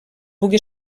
pugui